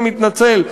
אני מתנצל,